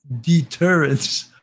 Deterrence